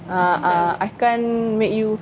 uh uh I can't make you